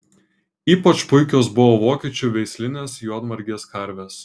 ypač puikios buvo vokiečių veislinės juodmargės karvės